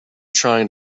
trying